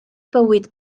bywyd